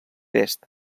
est